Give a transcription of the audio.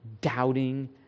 doubting